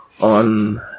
on